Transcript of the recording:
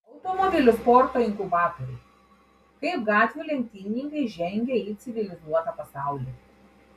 automobilių sporto inkubatoriai kaip gatvių lenktynininkai žengia į civilizuotą pasaulį